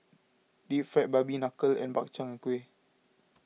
Deep Fried Knuckle and Bak Chang and Kuih